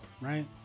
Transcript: right